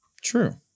True